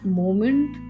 moment